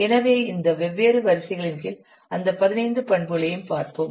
எனவே இந்த வெவ்வேறு வரிசைகளின் கீழ் அந்த 15 பண்புகளையும் பார்ப்போம்